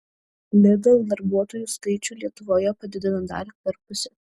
lidl darbuotojų skaičių lietuvoje padidino dar per pusę